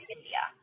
India